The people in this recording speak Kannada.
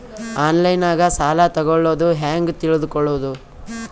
ಆನ್ಲೈನಾಗ ಸಾಲ ತಗೊಳ್ಳೋದು ಹ್ಯಾಂಗ್ ತಿಳಕೊಳ್ಳುವುದು?